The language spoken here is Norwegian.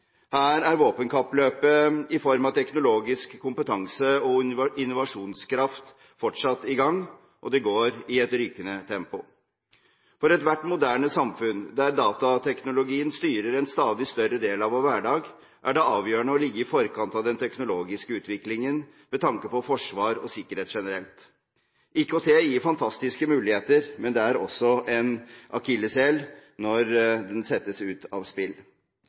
Her er våpenkappløpet i form av teknologisk kompetanse og innovasjonskraft fortsatt i gang, og det går i et rykende tempo. For ethvert moderne samfunn der datateknologien styrer en stadig større del av vår hverdag, er det avgjørende å ligge i forkant av den teknologiske utviklingen med tanke på forsvar og sikkerhet generelt. IKT gir fantastiske muligheter, men det er også en akilleshæl når det settes ut av spill.